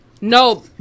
No